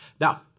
Now